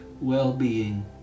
well-being